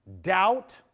doubt